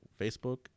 facebook